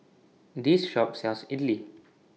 This Shop sells Idly